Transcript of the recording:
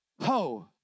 Ho